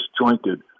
disjointed